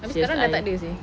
tapi sekarang dah tak ada seh